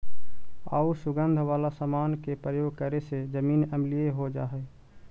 आउ सुगंध वाला समान के प्रयोग करे से जमीन अम्लीय हो जा हई